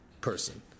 person